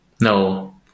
No